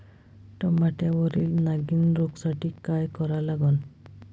टमाट्यावरील नागीण रोगसाठी काय करा लागन?